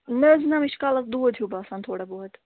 نہَ حظ نہَ مےٚ چھُ کا لس دود ہیٛوٗ باسان تھوڑا بہت